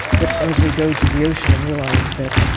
but as we go to the ocean and realize that